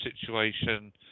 situation